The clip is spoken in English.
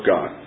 God